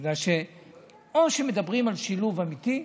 או שמדברים על שילוב אמיתי,